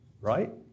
right